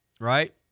Right